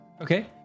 Okay